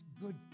good